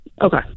Okay